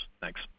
Thanks